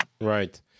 Right